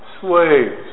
slaves